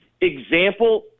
example